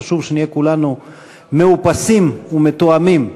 חשוב שנהיה כולנו מאופסים ומתואמים.